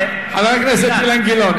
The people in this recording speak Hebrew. חבר הכנסת אילן גילאון,